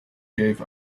gave